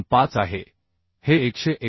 25 आहे हे 189